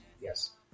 yes